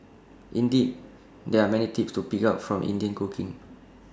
indeed there are many tips to pick up from Indian cooking